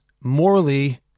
morally